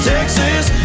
Texas